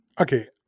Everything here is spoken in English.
okay